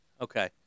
okay